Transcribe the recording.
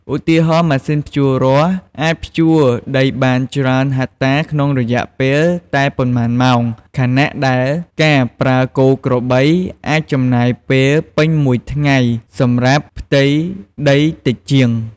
ឧទាហរណ៍ ម៉ាស៊ីនភ្ជួររាស់អាចភ្ជួរដីបានច្រើនហិកតាក្នុងរយៈពេលតែប៉ុន្មានម៉ោង ខណៈដែលការប្រើគោក្របីអាចចំណាយពេលពេញមួយថ្ងៃសម្រាប់ផ្ទៃដីតិចជាង។